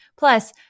Plus